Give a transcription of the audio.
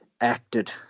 acted